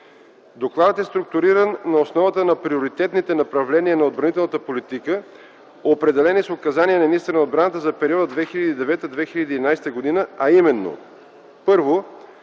Докладът е структуриран на основата на приоритетните направления на отбранителната политика, определени с указания на министъра на отбраната за периода 2009-2011 г., а именно: 1)